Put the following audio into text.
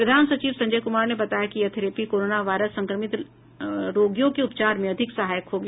प्रधान सचिव संजय कुमार ने बताया कि यह थेरेपी कोरोना वायरस संक्रमित रोगियों के उपचार में अधिक सहायक होगी